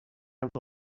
tenth